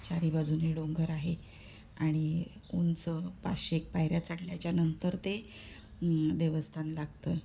चारीबाजूनही डोंगर आहे आणि उंच पाचशे एक पायऱ्या चढल्याच्यानंतर ते देवस्थान लागतं